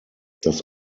dass